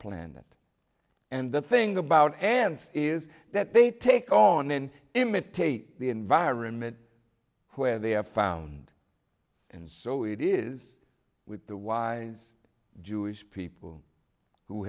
planet and the thing about ants is that they take on and imitate the environment where they are found and so it is with the wise jewish people who